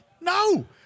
no